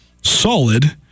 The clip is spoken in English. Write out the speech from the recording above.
solid